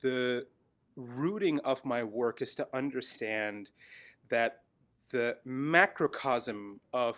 the rooting of my work is to understand that the macrocosm of